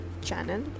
channel